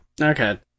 Okay